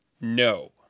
No